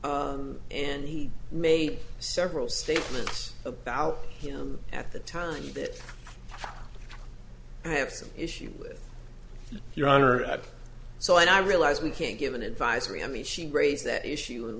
and he made several statements about him at the time that i have some issue with your honor and so i realize we can't give an advisory i mean she raised that issue and